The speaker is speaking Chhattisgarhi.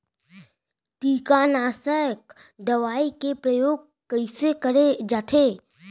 कीटनाशक दवई के प्रयोग कइसे करे जाथे?